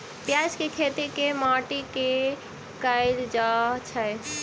प्याज केँ खेती केँ माटि मे कैल जाएँ छैय?